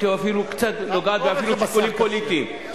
קצת נוגעת אפילו בשיקולים פוליטיים,